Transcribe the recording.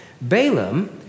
Balaam